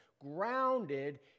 Grounded